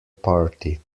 party